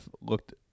looked